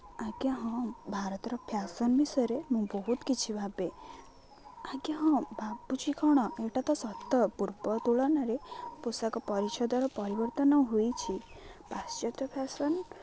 ଆଜ୍ଞା ହଁ ଭାରତର ଫ୍ୟାସନ୍ ବିଷୟରେ ମୁଁ ବହୁତ କିଛି ଭାବେ ଆଜ୍ଞା ହଁ ଭାବୁଛି କ'ଣ ଏଇଟା ତ ସତ ପୂର୍ବ ତୁଳନାରେ ପୋଷାକ ପରିଚ୍ଛଦର ପରିବର୍ତ୍ତନ ହୋଇଛି ପାଶ୍ଚାତ୍ୟ ଫ୍ୟାସନ୍